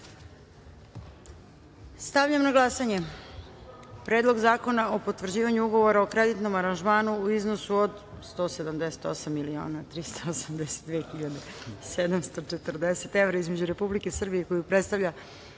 zakona. Stavljam na glasanje Predlog zakona no potvrđivanju Ugovora o kreditnom aranžmanu u iznosu od 178.382.740,33 evra između Republike Srbije koju predstavlja